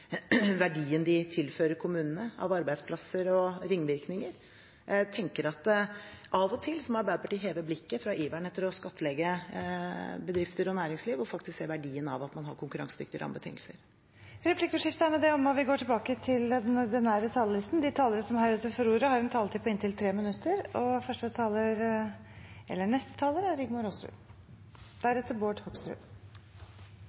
verdien de tilfører kommunene av arbeidsplasser og ringvirkninger. Jeg tenker at av og til må Arbeiderpartiet heve blikket fra iveren etter å skattlegge bedrifter og næringsliv og faktisk se verdien av at man har konkurransedyktige rammebetingelser. Replikkordskiftet er omme. De talere som heretter får ordet, har en taletid på inntil 3 minutter. Når jeg hører regjeringspartiene i dag stå her og si at det er helt uansvarlig å fjerne 350-kronersgrensen i september fordi den ikke er